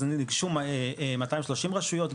אז ניגשו 230 רשויות,